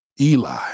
Eli